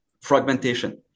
fragmentation